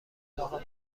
اتاق